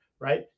right